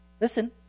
listen